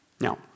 Now